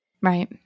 Right